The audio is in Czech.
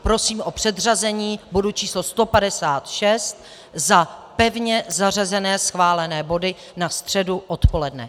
Prosím o předřazení bodu číslo 156 za pevně zařazené schválené body na středu odpoledne.